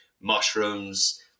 mushrooms